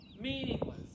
meaningless